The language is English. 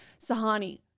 Sahani